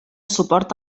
suport